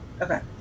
okay